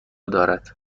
دارد